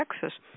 Texas